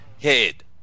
head